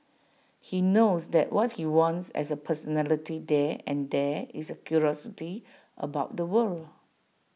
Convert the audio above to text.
he knows that what he wants as A personality there and there is A curiosity about the world